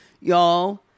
y'all